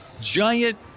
giant